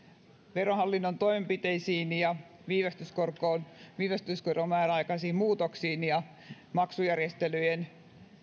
verohallinnon toimenpiteisiin ja viivästyskorkoon viivästyskoron määräaikaisiin muutoksiin ja maksujärjestelyjen